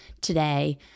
today